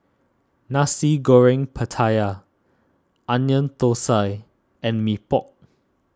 Nasi Goreng Pattaya Onion Thosai and Mee Pok